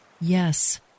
yes